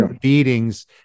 beatings